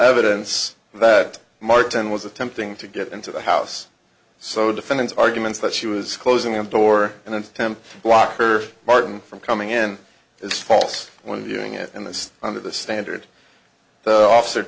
evidence that martin was attempting to get into the house so defendant's arguments that she was closing the door and him block her martin from coming in is false when viewing it and this under the standard officer